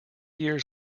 years